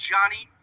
Johnny